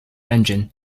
engine